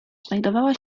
znajdowała